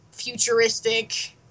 futuristic